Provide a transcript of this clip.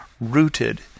rooted